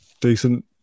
decent